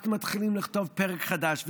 אנחנו מתחילים לכתוב פרק חדש.